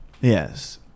Yes